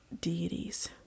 deities